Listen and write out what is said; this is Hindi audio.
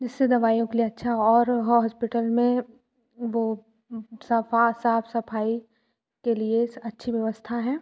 जिससे दवाइयों के लिए अच्छा और हॉस्पिटल में वो साफ़ साफ़ सफ़ाई के लिए अच्छी व्यवस्था है